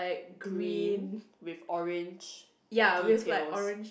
green with orange details